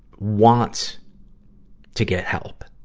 wants to get help,